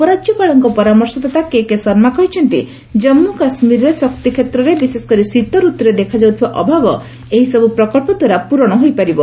ଉପରାଜ୍ୟପାଳଙ୍କ ପରାମର୍ଶଦାତା କେକେ ଶର୍ମା କହିଛନ୍ତି କାମ୍ମୁ କାଶ୍ମୀରରେ ଶକ୍ତି କ୍ଷେତ୍ରରେ ବିଶେଷକରି ଶୀତଋତୁରେ ଦେଖାଯାଉଥିବା ଅଭାବ ଏହିସବୁ ପ୍ରକଳ୍ପ ଦ୍ୱାରା ପୂରଣ ହୋଇପାରିବ